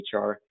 HR